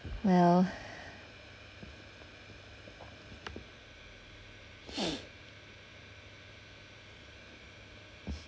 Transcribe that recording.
well